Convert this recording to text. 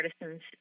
artisans